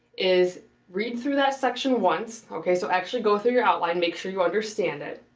is read through that section once. okay. so actually go through your outline, make sure you understand it.